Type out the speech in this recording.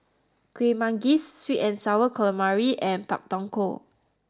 Kueh Manggis Sweet and Sour Calamari and Pak Thong Ko